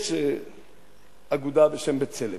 יש אגודה בשם "בצלם",